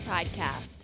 Podcast